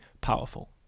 powerful